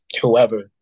whoever